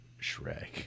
Shrek